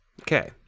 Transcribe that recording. Okay